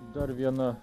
dar viena